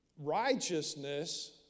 Righteousness